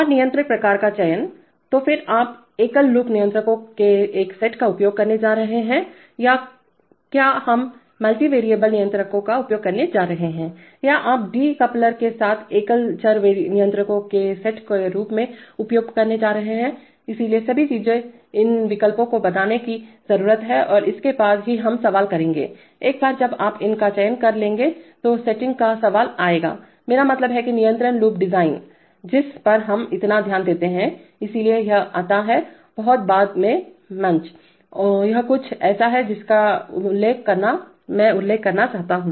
और नियंत्रक प्रकार का चयन तो फिर आप एकल लूप नियंत्रकों के एक सेट का उपयोग करने जा रहे हैं या क्या हम मल्टीवारिअबले नियंत्रकों का उपयोग करने जा रहे हैं या आप डी कपलर के साथ एकल चर नियंत्रकों के सेट के रूप में उपयोग करने जा रहे हैं इसलिए सभी चीजें इन विकल्पों को बनाने की जरूरत है और उसके बाद ही हम सवाल करेंगे एक बार जब आप इन का चयन कर लेंगे तो सेटिंग का सवाल आएगा मेरा मतलब है नियंत्रण लूप डिजाइन जिस पर हम इतना ध्यान देते हैं इसलिए यह आता है बहुत बाद में मंच यह कुछ ऐसा है जिसका मैं उल्लेख करना चाहता था